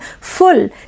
full